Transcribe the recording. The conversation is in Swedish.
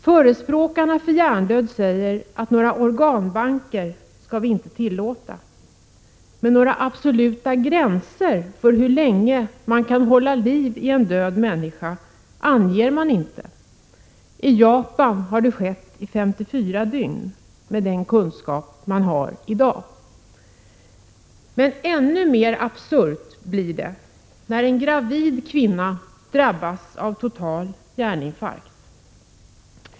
Förespråkarna för hjärndöd säger att några organbanker inte skall tillåtas, men några absoluta gränser för hur länge man kan hålla liv i en död människa anges inte. I Japan har det skett i 54 dygn, med den kunskap man har i dag. Ännu mer absurt blir det när en gravid kvinna drabbas av total hjärninfarkt.